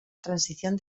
transición